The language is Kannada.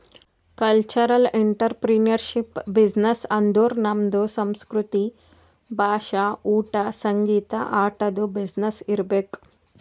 ಕಲ್ಚರಲ್ ಇಂಟ್ರಪ್ರಿನರ್ಶಿಪ್ ಬಿಸಿನ್ನೆಸ್ ಅಂದುರ್ ನಮ್ದು ಸಂಸ್ಕೃತಿ, ಭಾಷಾ, ಊಟಾ, ಸಂಗೀತ, ಆಟದು ಬಿಸಿನ್ನೆಸ್ ಇರ್ಬೇಕ್